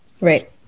Right